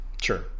Sure